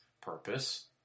purpose